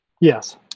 Yes